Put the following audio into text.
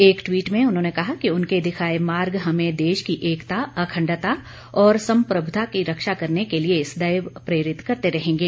एक ट्वीट में उन्होंने कहा कि उनके दिखाए मार्ग हमें देश की एकता अखंडता और संप्रभुता की रक्षा करने के लिए सदैव प्रेरित करते रहेंगे